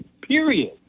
period